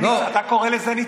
אתה קורא לזה ניצחון?